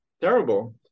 terrible